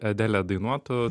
adelė dainuotų